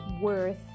worth